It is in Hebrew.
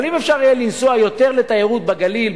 אבל אם אפשר יהיה לנסוע יותר לתיירות בגליל,